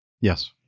Yes